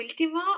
Ultimo